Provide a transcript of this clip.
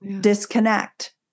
disconnect